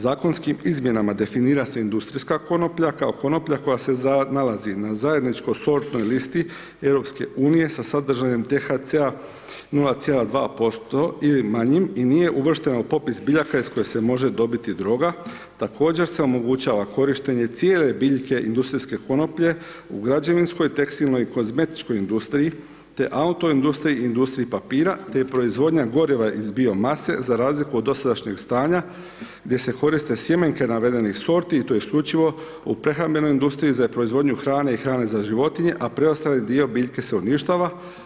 Zakonskim izmjenama definira se industrijska konoplja, kao konoplja koja s nalazi na zajedničkoj sortnoj listi EU sa sadržajem DHC 0,2% ili manjim i nije uvrštena u potpis biljaka iz koje se može dobiti droga, također se omogućava korištenje cijele biljke industrijske konoplje, u građevinskoj, tekstilnoj i kozmetičkoj industriji, te auto industriji industriji papira, te proizvodnja goriva iz bio mase, za razliku od dosadašnjeg stanja, gdje se koriste sjemenke navedene sorti i to isključivo u prehrambenoj industriji, za proizvodnju hrane i hrane za životinje, a preostali dio biljke se uništava.